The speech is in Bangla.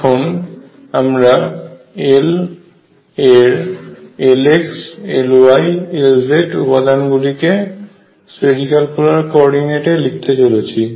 এখন আমরা L এর Lx Ly এবং Lz উপাদান গুলিকে স্ফেরিক্যাল পোলার কো অর্ডিনেটর এ লিখতে চলেছি